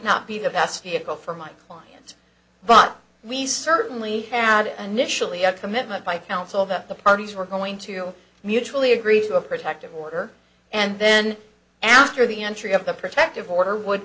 be the best vehicle for my clients but we certainly had initially a commitment by counsel that the parties were going to mutually agree to a protective order and then after the entry of the protective order would